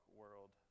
world